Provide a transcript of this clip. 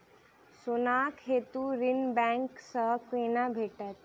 सोनाक हेतु ऋण बैंक सँ केना भेटत?